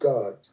God